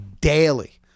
daily